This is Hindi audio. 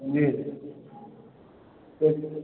हाँ जी